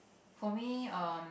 for me um